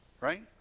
right